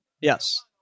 Yes